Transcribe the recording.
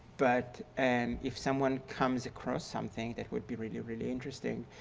but and if someone comes across something that would be really, really interesting.